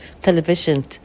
television